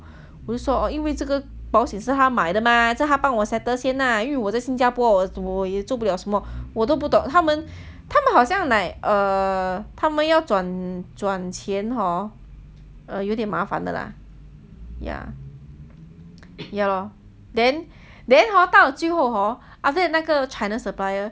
我就说因为这个保险是他买的 mah 所以他帮我 settle 先 lah 我在新加坡我都做不了什么我都不懂他们他们好像 like err 他们要转转钱 hor err 有点麻烦的 lah ya ya lor then then hor 到最后 hor after that 那个 china supplier